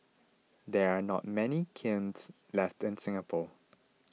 there are not many kilns left in Singapore